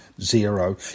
zero